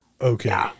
Okay